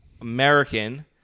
American